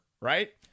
Right